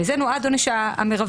לזה נועד העונש המרבי.